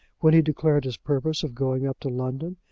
when he declared his purpose of going up to london,